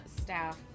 staff